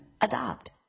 Adopt